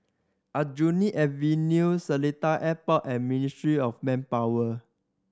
Aljunied Avenue Seletar Airport and Ministry of Manpower